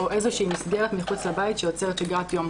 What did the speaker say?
או איזושהי מסגרת מחוץ לבית שיוצרת שגרת יום".